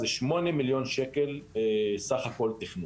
זה שמונה מיליון שקל סך הכל תכנון.